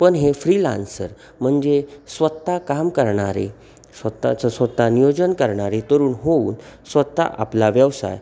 पण हे फ्रीलान्सर म्हणजे स्वतः काम करणारे स्वतःचं स्वतः नियोजन करणारे तरुण होऊन स्वतः आपला व्यवसाय